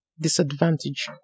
disadvantage